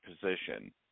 position